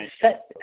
set